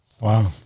Wow